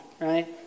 right